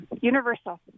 universal